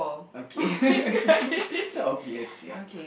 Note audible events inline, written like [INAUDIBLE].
okay [LAUGHS] sort of yes ya